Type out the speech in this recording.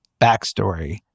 backstory